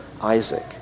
Isaac